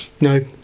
No